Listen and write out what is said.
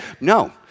No